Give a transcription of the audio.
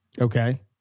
Okay